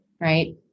right